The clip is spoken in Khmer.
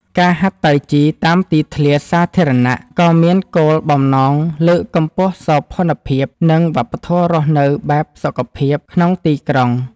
ការហាត់តៃជីតាមទីធ្លាសាធារណៈក៏មានគោលបំណងលើកកម្ពស់សោភ័ណភាព និងវប្បធម៌រស់នៅបែបសុខភាពក្នុងទីក្រុង។